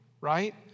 Right